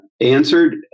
answered